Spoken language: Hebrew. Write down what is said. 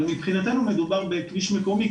אבל מבחינתנו מדובר בכביש מקומי,